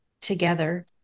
together